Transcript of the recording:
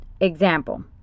example